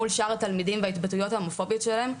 לא עזר לי מול שאר התלמידים בהתבטאויות ההומופוביות שלהם.